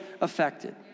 affected